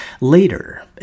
Later